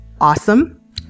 awesome